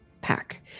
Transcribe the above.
pack